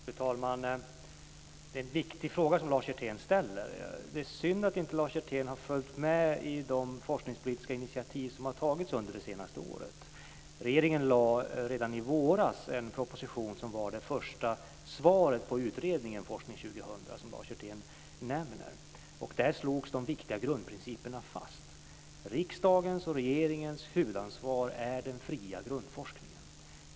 Fru talman! Det är en viktig fråga som Lars Hjertén ställer. Det är synd att Lars Hjertén inte har följt med i de forskningspolitiska initiativ som har tagits under det senaste året. Regeringen lade redan i våras en proposition som var det första svaret på utredningen Forskning 2000, som Lars Hjertén nämner. Där slogs de viktiga grundprinciperna fast. Riksdagens och regeringens huvudansvar är den fria grundforskningen.